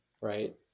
right